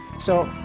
so